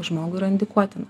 žmogui yra indikuotina